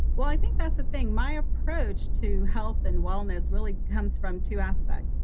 well, i think that's the thing. my approach to health and wellness really comes from two aspects.